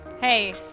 Hey